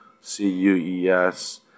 C-U-E-S